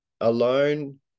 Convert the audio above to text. alone